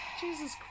Jesus